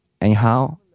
anyhow